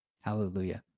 Hallelujah